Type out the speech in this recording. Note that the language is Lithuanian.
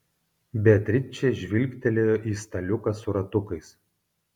beatričė žvilgtelėjo į staliuką su ratukais